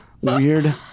weird